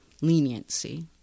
leniency